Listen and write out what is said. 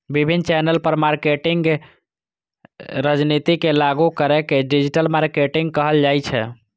विभिन्न चैनल पर मार्केटिंग रणनीति के लागू करै के डिजिटल मार्केटिंग कहल जाइ छै